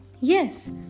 Yes